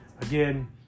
Again